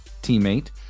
teammate